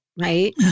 right